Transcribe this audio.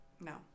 No